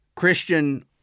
Christian